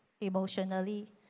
emotionally